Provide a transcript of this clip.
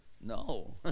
no